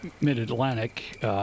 mid-Atlantic